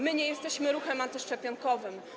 My nie jesteśmy ruchem antyszczepionkowym.